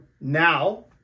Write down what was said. Now